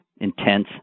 intense